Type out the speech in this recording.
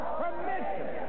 permission